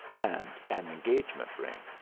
and an engagement ring.